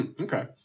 Okay